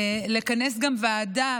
לכנס גם ועדה,